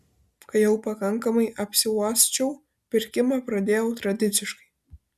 kai jau pakankamai apsiuosčiau pirkimą pradėjau tradiciškai